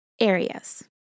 areas